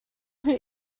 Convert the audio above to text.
who